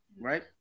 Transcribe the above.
right